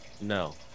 No